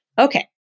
Okay